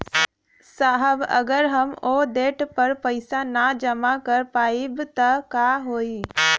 साहब अगर हम ओ देट पर पैसाना जमा कर पाइब त का होइ?